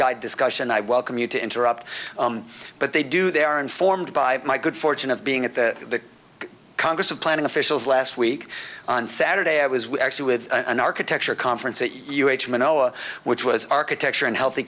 guide discussion i welcome you to interrupt but they do they are informed by my good fortune of being at the congress of planning officials last week on saturday i was actually with an architecture conference at manila which was architecture and healthy